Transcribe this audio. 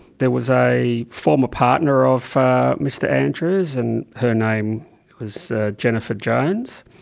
there was a former partner of mr andrews, and her name was jennifer jones.